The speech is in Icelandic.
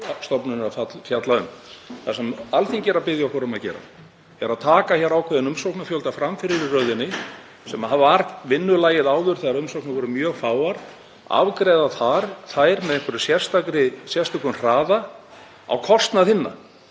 stofnunin er að fjalla um. Það sem Alþingi er að biðja okkur um að gera er að taka ákveðinn umsóknafjölda fram fyrir í röðinni, sem var vinnulagið áður þegar umsóknir voru mjög fáar, og afgreiða þær á einhverjum sérstökum hraða á kostnað hinna.